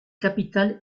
capitale